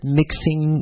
mixing